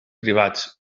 privats